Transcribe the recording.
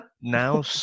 now